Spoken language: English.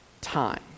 time